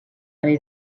rei